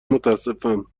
متاسفم